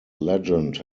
legend